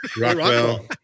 Rockwell